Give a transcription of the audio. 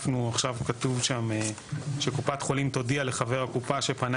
כתוב שם שקופת החולים תודיע לחבר הקופה שפנה